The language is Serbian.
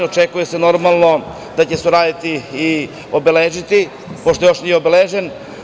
Očekuje se, normalno, da će se uradi i obeležiti, pošto još nije obeležen.